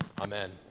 Amen